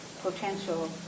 potential